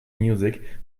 music